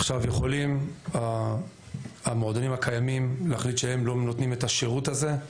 עכשיו יכולים המועדונים הקיימים להחליט שהם לא נותנים את השירות הזה,